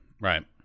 Right